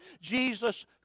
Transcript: Jesus